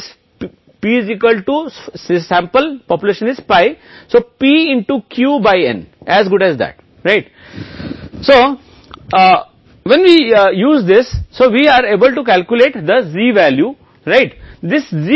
इसलिए यदि यह तालिका मूल्य या महत्वपूर्ण मूल्य से अधिक है तो हम अस्वीकार कर देते हैं क्योंकि यह सरल है अस्वीकृति क्षेत्र में ठीक है लेकिन मान लें कि यह कम है तो यह स्वीकृति क्षेत्र में है इसलिए आप स्वीकार करते हैं